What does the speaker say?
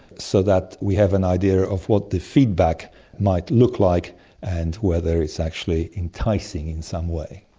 so that we have an idea of what the feedback might look like and whether it's actually enticing in some way.